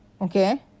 Okay